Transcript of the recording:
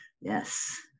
Yes